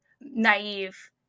naive